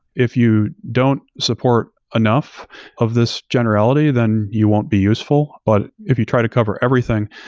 if you don't support enough of this generality, then you won't be useful. but if you try to cover everything,